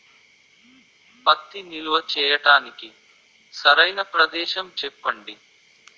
పత్తి నిల్వ చేయటానికి సరైన ప్రదేశం చెప్పండి?